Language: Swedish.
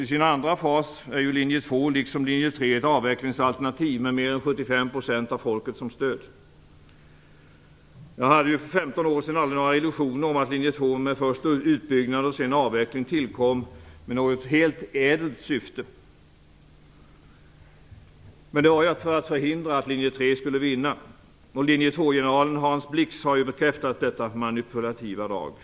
I sin andra fas är ju linje 2 liksom 3 ett avvecklingsalternativ med mer än 75 % av folket som stöd. Jag hade för 15 år sedan aldrig några illusioner om att linje 2, först med utbyggnad och sedan avveckling, tillkom med något helt ädelt syfte. Men det var ju för att förhindra att linje 3 skulle vinna. Linje 2-generalen Hans Blix har ju bekräftat detta manipulativa drag.